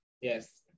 Yes